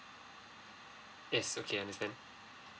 yes okay understand